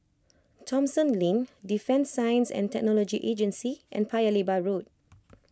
Thomson Lane Defence Science and Technology Agency and Paya Lebar Road